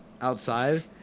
outside